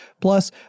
Plus